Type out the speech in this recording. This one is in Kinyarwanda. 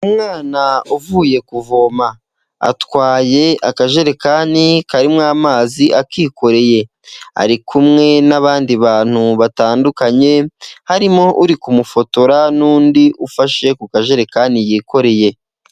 Umwana uvuye kuvoma atwaye akajerekani karimo amazi akikoreye, ari kumwe n'abandi bantu batandukanye, harimo uri kumufotora n'undi ufashe ku kajerekani yikoreye.